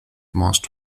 most